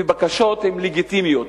ובקשות הם לגיטימיים.